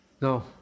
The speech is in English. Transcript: No